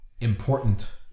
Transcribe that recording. important